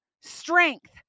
strength